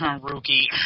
Rookie